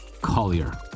Collier